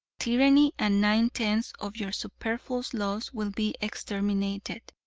tyranny and nine-tenths of your superfluous laws will be exterminated.